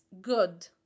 good